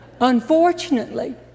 Unfortunately